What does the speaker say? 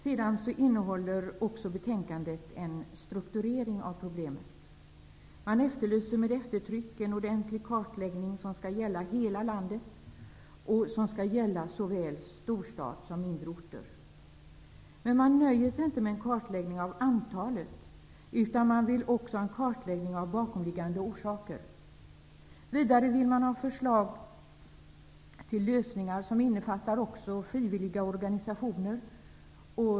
Betänkandet innehåller också en strukturering av problemet. Man efterlyser med eftertryck en ordentlig kartläggning som skall gälla hela landet -- såväl storstad som mindre orter. Men man nöjer sig inte med en kartläggning av antalet, utan man vill också ha en kartläggning av bakomliggande orsaker. Vidare vill man ha förslag till lösningar som också innefattar frivilliga organisationer.